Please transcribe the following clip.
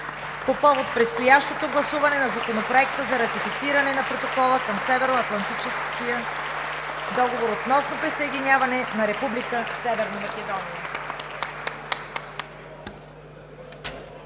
по повод предстоящото гласуване на Законопроекта за ратифициране на Протокола към Северноатлантическия договор относно присъединяването на Република Северна Македония.